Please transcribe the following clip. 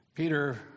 Peter